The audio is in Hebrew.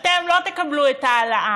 אתם לא תקבלו את ההעלאה,